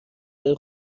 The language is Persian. های